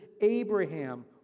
Abraham